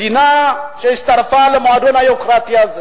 מדינה שהצטרפה למועדון היוקרתי הזה,